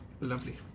lovely